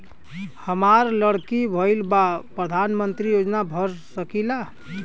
हमार लड़की भईल बा प्रधानमंत्री योजना भर सकीला?